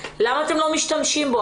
למה אתם לא משתמשים בו?